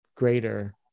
Greater